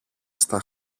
στα